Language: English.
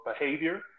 behavior